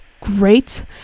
great